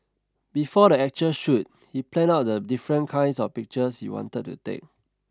before the actual shoot he planned out the different kinds of pictures he wanted to take